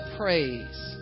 praise